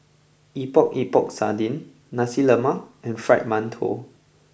Epok Epok Sardin Nasi Lemak and Fried Mantou